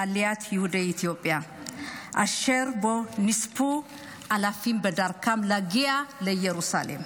לאלפי יהודי אתיופיה אשר נספו בדרכם לעלות ולהגיע לירוסלם.